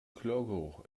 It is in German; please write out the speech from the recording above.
chlorgeruch